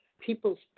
People's